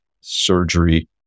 surgery